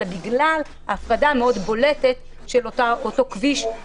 אלא בגלל ההפרדה המאוד בולטת של אותו כביש,